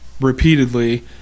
repeatedly